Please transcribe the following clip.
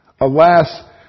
Alas